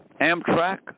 Amtrak